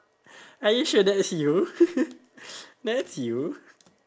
are you sure that is you that's you